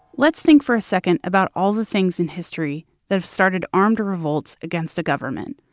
let's think for a second about all the things in history that have started armed revolts against the government.